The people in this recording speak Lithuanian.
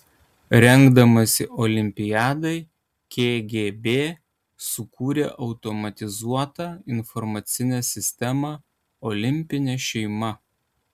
rengdamasi olimpiadai kgb sukūrė automatizuotą informacinę sistemą olimpinė šeima